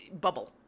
bubble